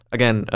Again